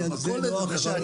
הכול יכול להיות.